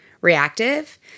reactive